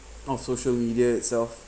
our social media itself